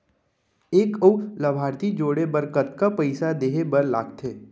एक अऊ लाभार्थी जोड़े बर कतका पइसा देहे बर लागथे?